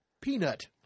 Peanut